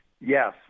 Yes